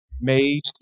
made